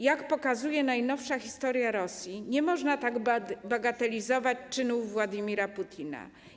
Jak pokazuje najnowsza historia Rosji, nie można tak bagatelizować czynów Władimira Putina.